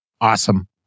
Awesome